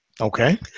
Okay